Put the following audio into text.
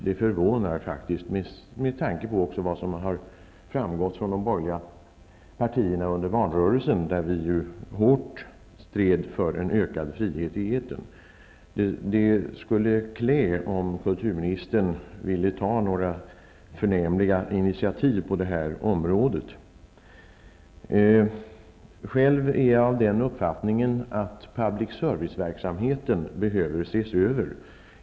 Det förvånar faktiskt mest, också med tanke på det som framhölls av de borgerliga partierna under valrörelsen, då vi stred hårt för en ökad frihet i etern. Det skulle vara klädsamt om kulturministern ville ta några förnämliga initiativ på det här området. Själv är jag av den uppfattningen att publicserviceverksamheten behöver ses över.